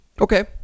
Okay